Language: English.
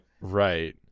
Right